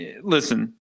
listen